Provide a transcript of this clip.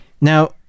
Now